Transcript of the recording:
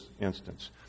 instance